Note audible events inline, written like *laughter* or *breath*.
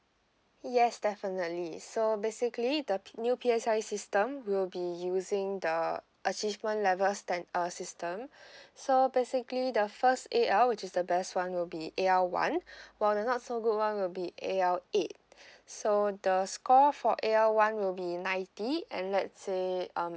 yes definitely so basically the new P_S_L_E system will be using the achievement level uh system so basically the first a l which is the best one will be a l one *breath* while the not so good one will be a l eight *breath* so the score for a l one will be ninety and let's say